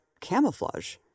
camouflage